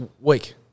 week